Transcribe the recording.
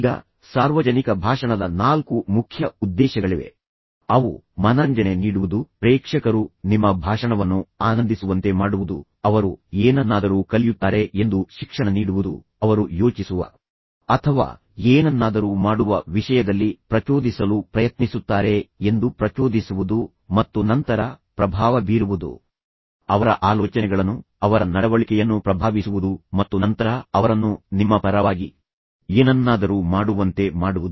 ಈಗ ಸಾರ್ವಜನಿಕ ಭಾಷಣದ ಮುಖ್ಯ ಉದ್ದೇಶಗಳು ನಾಲ್ಕು ಮುಖ್ಯ ಉದ್ದೇಶಗಳಿವೆ ಅವು ಮನರಂಜನೆ ನೀಡುವುದು ಪ್ರೇಕ್ಷಕರು ನಿಮ್ಮ ಭಾಷಣವನ್ನು ಆನಂದಿಸುವಂತೆ ಮಾಡುವುದು ಅವರು ಏನನ್ನಾದರೂ ಕಲಿಯುತ್ತಾರೆ ಎಂದು ಶಿಕ್ಷಣ ನೀಡುವುದು ಅವರು ಯೋಚಿಸುವ ಅಥವಾ ಏನನ್ನಾದರೂ ಮಾಡುವ ವಿಷಯದಲ್ಲಿ ಪ್ರಚೋದಿಸಲು ಪ್ರಯತ್ನಿಸುತ್ತಾರೆ ಎಂದು ಪ್ರಚೋದಿಸುವುದು ಮತ್ತು ನಂತರ ಪ್ರಭಾವ ಬೀರುವುದು ಅವರ ಆಲೋಚನೆಗಳನ್ನು ಅವರ ನಡವಳಿಕೆಯನ್ನು ಪ್ರಭಾವಿಸುವುದು ಮತ್ತು ನಂತರ ಅವರನ್ನು ನಿಮ್ಮ ಪರವಾಗಿ ಏನನ್ನಾದರೂ ಮಾಡುವಂತೆ ಮಾಡುವುದು